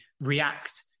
react